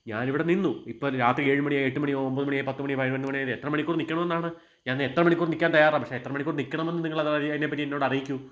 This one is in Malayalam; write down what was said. ഞാനിവിടെ നിന്നു ഇപ്പോള് രാത്രി ഏഴു മണിയായി എട്ടുമണിയാ ഒമ്പത് മണിയായി പത്തുമണിയായി പതിനൊന്നുമണിയായാലും എത്ര മണിക്കൂർ നില്ക്കണോന്നവിടെ ഞാൻ എത്ര മണിക്കൂർ നില്ക്കാൻ തയ്യാറാണ് പക്ഷെ എത്ര മണിക്കൂർ നില്ക്കണമെന്ന് നിങ്ങൾ അതായി അതിനെപ്പറ്റി എന്നോടറിയിക്കൂ